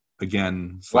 again